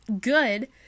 good